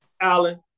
Alan